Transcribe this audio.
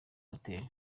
hoteli